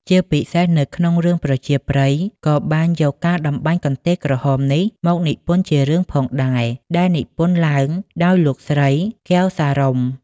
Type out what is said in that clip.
ជាពិសេសនៅក្នុងរឿងប្រជាប្រិយក៏បាន យកការតម្បាញកន្ទេលក្រហមនេះមកនិពន្ធជារឿងផងដែរដែលនិពន្ធឡើងដោយលោកស្រី កែវ សារុំ។